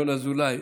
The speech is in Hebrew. ינון אזולאי,